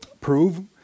prove